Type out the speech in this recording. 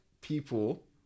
people